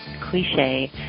cliche